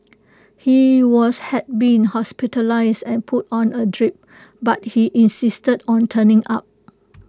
he was had been hospitalised and put on A drip but he insisted on turning up